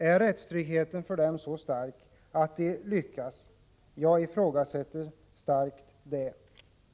Är rättstryggheten för dem så stark att de lyckas? Jag ifrågasätter starkt den saken.